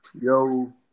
Yo